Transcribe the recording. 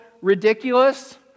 ridiculous